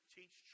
Teach